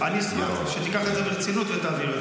תודה, ירון.